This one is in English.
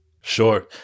Sure